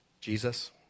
Jesus